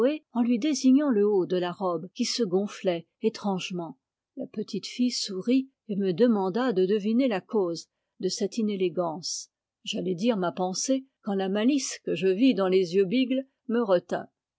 en lui désignant le haut de la robe qui se gonflait étrangement la petite fille sourit et me demanda de deviner la cause de cette inélégance j'allais dire ma pensée quand la malice que je vis dans les yeux bigles